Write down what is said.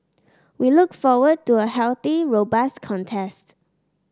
we look forward to a healthy robust contest